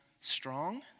strong